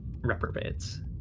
reprobates